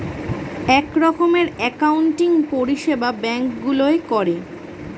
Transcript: এক রকমের অ্যাকাউন্টিং পরিষেবা ব্যাঙ্ক গুলোয় করে